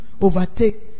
overtake